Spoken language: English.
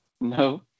No